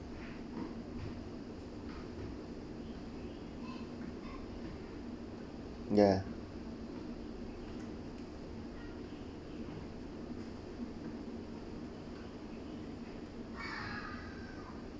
ya